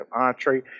entree